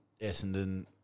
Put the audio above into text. Essendon